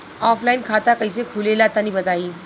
Offline खाता कइसे खुले ला तनि बताई?